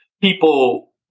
people